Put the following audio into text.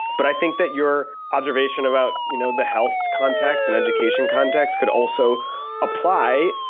but i think that your observation about you know the health context and education context could also apply,